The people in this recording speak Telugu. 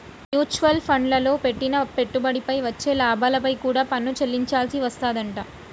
మ్యూచువల్ ఫండ్లల్లో పెట్టిన పెట్టుబడిపై వచ్చే లాభాలపై కూడా పన్ను చెల్లించాల్సి వస్తాదంట